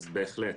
אז בהחלט.